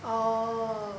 oh